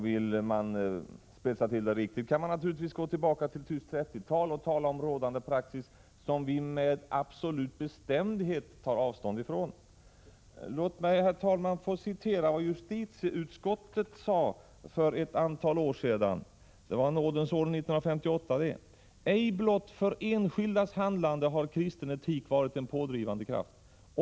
Vill man spetsa till det riktigt kan man naturligtvis gå tillbaka till tyskt trettiotal och tala om en praxis som vi med absolut bestämdhet tar avstånd ifrån. Låt mig, herr talman, få citera vad justitieutskottet yttrade för ett antal år sedan, nämligen nådens år 1958. ”Ej blott för enskilds handlande har kristen etik varit en rådgivande kraft.